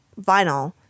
vinyl